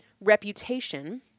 reputation